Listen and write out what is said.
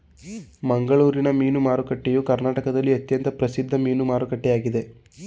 ಮಂಗಳೂರಿನ ಮೀನು ಮಾರುಕಟ್ಟೆಯು ಕರ್ನಾಟಕದಲ್ಲಿ ಅತ್ಯಂತ ಪ್ರಸಿದ್ಧ ಮೀನು ಮಾರುಕಟ್ಟೆಯಾಗಿದೆ